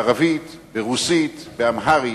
בערבית, ברוסית, באמהרית,